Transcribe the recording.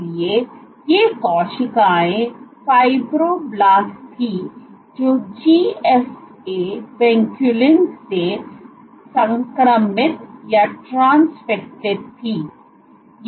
इसलिए ये कोशिकाएं फाइब्रोब्लास्ट थीं जो GFP विनक्यूलिन से संक्रमित थीं